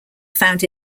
found